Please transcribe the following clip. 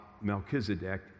Melchizedek